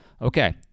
Okay